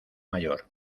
mayor